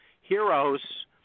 heroes